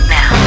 Now